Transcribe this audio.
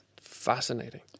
Fascinating